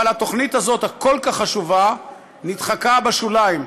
אבל התוכנית הזאת, הכל-כך חשובה, נדחקה לשוליים.